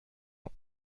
ans